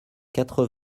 quatre